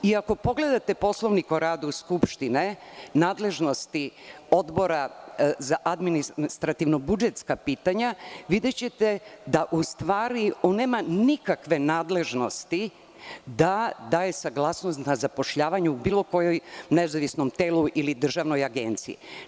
I ako pogledate Poslovnik o radu Skupštine, nadležnosti Odbora za administrativno-budžetska pitanja, videćete da u stvari on nema nikakve nadležnosti da daje saglasnost na zapošljavanje u bilo kojem nezavisnom telu ili državnoj agenciji.